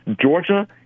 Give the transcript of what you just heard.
Georgia